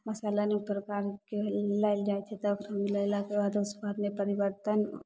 मसाला अनेक प्रकारके ओहिमे मिलाएल जाइ छै तब मिलेलाके बाद सुआदमे परिवर्तन